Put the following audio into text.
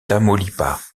tamaulipas